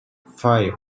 five